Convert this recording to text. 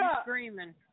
screaming